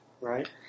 right